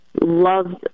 loved